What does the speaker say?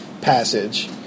passage